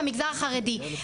במגזר החרדי.